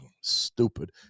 stupid